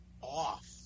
off